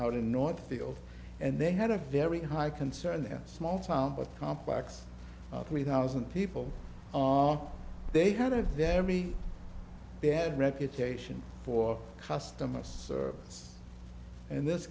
out in northfield and they had a very high concern small town with complex three thousand people they had a very bad reputation for customer service and this